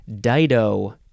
Dido